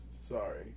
sorry